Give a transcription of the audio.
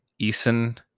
Eason